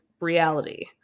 reality